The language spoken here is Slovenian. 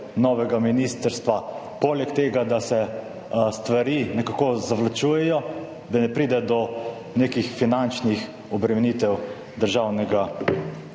novega ministrstva, poleg tega, da se stvari nekako zavlačujejo, ne pride do nekih finančnih obremenitev državnega